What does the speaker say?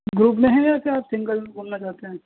group میں ہیں یا پھر آپ سنگل گھومنا چاہتے ہیں